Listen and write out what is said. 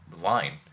line